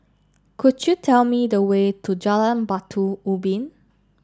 could you tell me the way to Jalan Batu Ubin